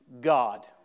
God